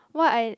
what I